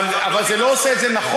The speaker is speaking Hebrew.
אבל זה לא עושה את זה נכון.